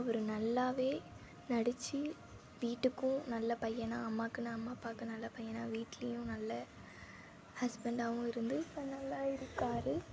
அவர் நல்லாவே நடித்து வீட்டுக்கும் நல்ல பையன்னா அம்மாக்குன்னா அம்மா அப்பாக்கு நல்ல பையன்னா வீட்லேயும் நல்ல ஹஸ்பண்டாவும் இருந்து இப்போ நல்லா இருக்காரு